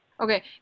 Okay